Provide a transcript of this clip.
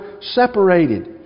separated